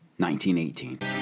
1918